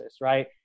right